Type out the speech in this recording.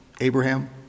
Abraham